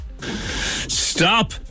Stop